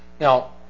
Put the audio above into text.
Now